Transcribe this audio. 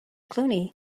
clooney